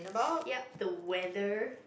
yup the weather